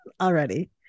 already